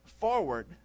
forward